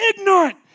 ignorant